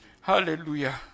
Hallelujah